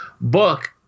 book